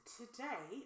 today